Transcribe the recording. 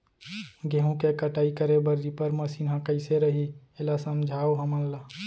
गेहूँ के कटाई करे बर रीपर मशीन ह कइसे रही, एला समझाओ हमन ल?